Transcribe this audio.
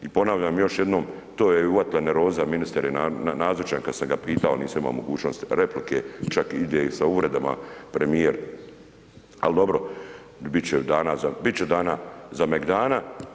I ponavljam još jednom to je i uhvatila nervoza, ministar je nazočan kada sam ga pitao, nisam imao mogućnost replike, čak ide i sa uvredama premijer, ali dobro biti će dana za megdana.